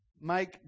make